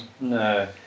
No